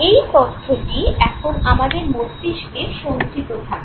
এই তথ্যটি এখন আমাদের মস্তিষ্কে সঞ্চিত থাকবে